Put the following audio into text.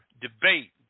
debate